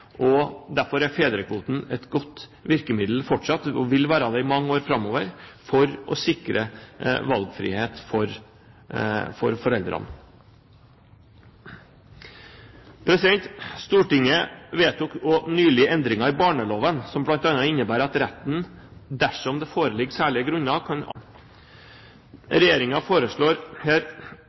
menn. Derfor er fedrekvoten fortsatt et godt virkemiddel, og vil være det i mange år framover, for å sikre valgfrihet for foreldrene. Stortinget vedtok også nylig endringer i barneloven, som bl.a. innebærer at retten – dersom det foreligger særlige grunner – kan avgjøre at barnet skal bo fast hos begge foreldrene. Regjeringen foreslår her